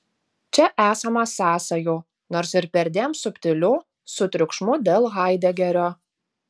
čia esama sąsajų nors ir perdėm subtilių su triukšmu dėl haidegerio